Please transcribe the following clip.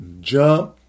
jump